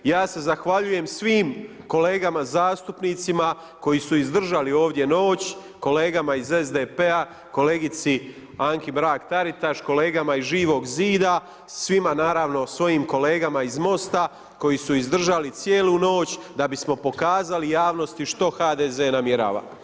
Ja se zahvaljujem svim kolegama zastupnicima koji su izdržali ovdje noć, kolegama iz SDP-a, kolegici Anki Mrak-Taritaš, kolegama iz Živog zida, svima naravno svojim kolegama iz MOST-a koji su izdržali cijelu noć da bismo pokazali javnosti što HDZ namjerava.